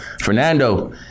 Fernando